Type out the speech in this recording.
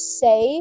say